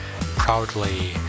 proudly